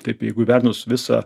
taip jeigu įvertinus visą